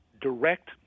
direct